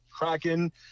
Kraken